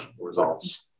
results